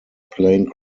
plane